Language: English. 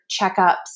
checkups